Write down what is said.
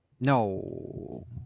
no